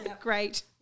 Great